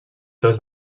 seus